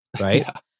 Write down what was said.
right